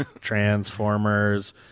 Transformers